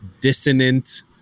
dissonant